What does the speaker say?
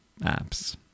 apps